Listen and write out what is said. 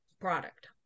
product